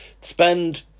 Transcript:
Spend